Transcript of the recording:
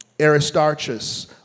Aristarchus